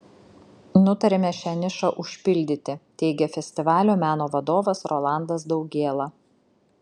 nutarėme šią nišą užpildyti teigė festivalio meno vadovas rolandas daugėla